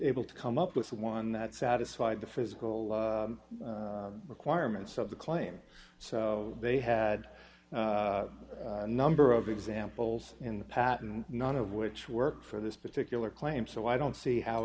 able to come up with one that satisfied the physical requirements of the claim so they had a number of examples in the patent none of which work for this particular claim so i don't see how